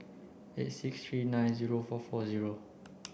eight six three nine zero four four zero